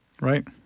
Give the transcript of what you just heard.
right